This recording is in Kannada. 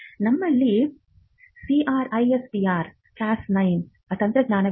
ನಮ್ಮಲ್ಲಿ ಸಿಆರ್ಎಸ್ಪಿಆರ್ ಕ್ಯಾಸ್ 9 ತಂತ್ರಜ್ಞಾನವಿದೆ